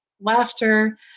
Laughter